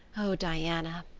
oh, diana,